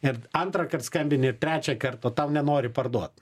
ir antrąkart skambini ir trečią kart o tau nenori parduot